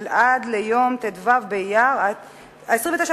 עד ליום ט"ו באייר התש"ע,